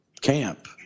camp